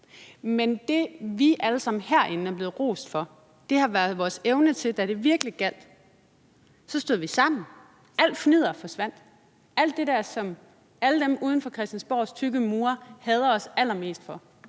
for det er træls for os alle sammen – har været vores evne til, da det virkelig gjaldt, at stå sammen. Alt fnidder forsvandt. Alt det der, som alle dem uden for Christiansborgs tykke mure hader os allermest for,